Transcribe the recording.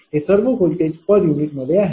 हे सर्व voltage per unit मध्ये आहेत